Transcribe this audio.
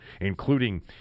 including